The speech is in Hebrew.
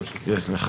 (היו"ר ארז מלול,